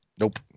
Nope